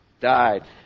died